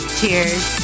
Cheers